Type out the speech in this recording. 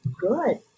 good